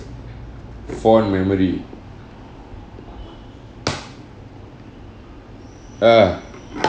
fond memory ah